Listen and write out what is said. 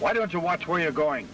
why don't you watch when you're going